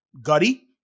gutty